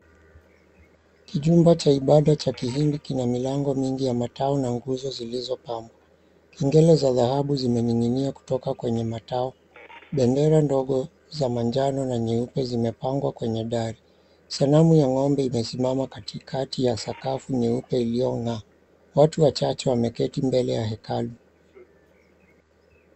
Kijumba cha ibada cha kihindi kina milango mingi ya matao na nguzo zilizopambwa. Kengele za dhahabu zimening'inia kutoka kwenye matao. Bendera ndogo za manjano na nyeupe zimepangwa kwenye dari. Sanamu ya ng'ombe imesimama katikati ya sakafu nyeupe iliyong'aa. Watu wachache wameketi mbele ya hekalu.